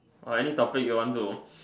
or any topic you want to